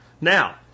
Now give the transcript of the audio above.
Now